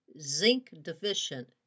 Zinc-deficient